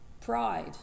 pride